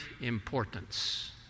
importance